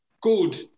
good